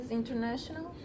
international